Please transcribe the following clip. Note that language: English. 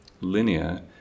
Linear